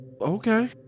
Okay